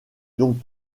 donc